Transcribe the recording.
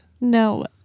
No